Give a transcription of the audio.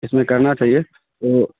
اس میں کرنا چاہیے تو